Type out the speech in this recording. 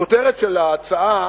הכותרת של ההצעה